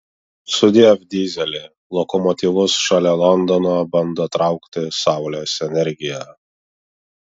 sudiev dyzeli lokomotyvus šalia londono bando traukti saulės energija